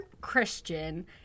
Christian